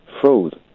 fraud